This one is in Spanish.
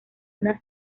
una